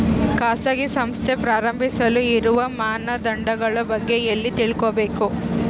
ಖಾಸಗಿ ಸಂಸ್ಥೆ ಪ್ರಾರಂಭಿಸಲು ಇರುವ ಮಾನದಂಡಗಳ ಬಗ್ಗೆ ಎಲ್ಲಿ ತಿಳ್ಕೊಬೇಕು?